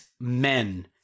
men